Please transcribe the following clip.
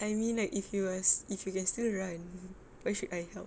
I mean like if you ask if you can still run why should I help